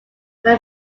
when